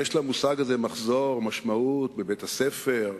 יש למושג הזה "מחזור" משמעות בבית-הספר,